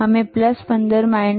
અમે 15 15 લાગુ કરી શકીએ છીએ